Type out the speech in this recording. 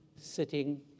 Sitting